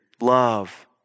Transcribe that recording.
Love